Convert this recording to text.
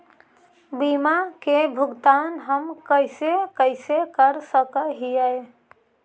बीमा के भुगतान हम कैसे कैसे कर सक हिय?